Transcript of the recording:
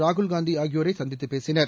ராகுல்காந்தி ஆகியோரை சந்தித்துப் பேசினர்